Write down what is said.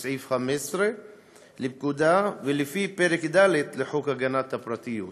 סעיף 15 לפקודה ולפי פרק ד' לחוק הגנת הפרטיות.